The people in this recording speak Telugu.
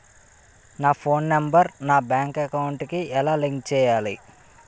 నా ఫోన్ నంబర్ నా బ్యాంక్ అకౌంట్ కి ఎలా లింక్ చేయాలి?